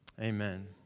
Amen